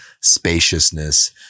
spaciousness